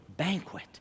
banquet